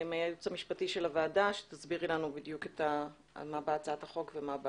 היועצת המשפטית של הוועדה שתסביר לנו על מה באה הצעת החוק ומה אומר